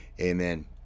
Amen